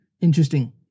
interesting